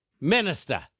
minister